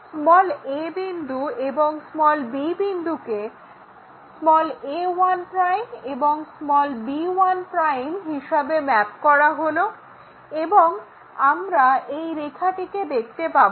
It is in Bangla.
a বিন্দু এবং b বিন্দুকে a1 এবং b1 হিসাবে ম্যাপ করা হলো এবং আমরা এই রেখাটিকে দেখতে পাবো